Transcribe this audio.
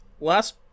last